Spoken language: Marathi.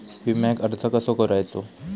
विम्याक अर्ज कसो करायचो?